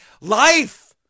life